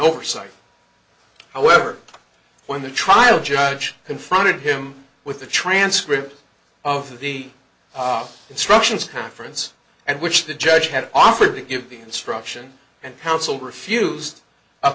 oversight however when the trial judge confronted him with the transcript of the instructions conference and which the judge had offered to give the instruction and counsel refused a